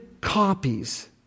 copies